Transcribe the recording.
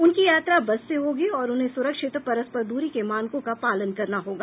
उनकी यात्रा बस से होगी और उन्हें सुरक्षित परस्पर द्ररी के मानकों का पालन करना होगा